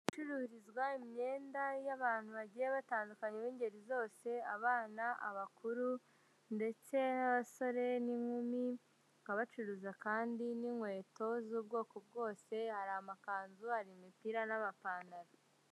Ahacururizwa imyenda y'abantu bagiye batandukanye b'ingeri zose abana, abakuru ndetse n'abasore n'inkumi bacuruza kandi n'inkweto z'ubwoko bwose, hari amakanzu, hari imipira n'amapantaro.